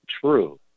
true